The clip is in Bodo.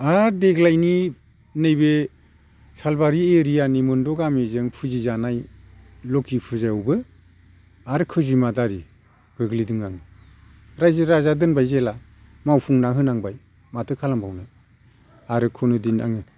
आर देग्लायनि नैबे सालबारि एरियानि मोनद' गामिजों फुजि जानाय लोखि फुजायावबो आरो खैजिमा दारि गोग्लैदों आं रायजो राजाया दोनबाय जेला मावफुंना होनांबाय माथो खालामबावनो आरो खुनुदिन आं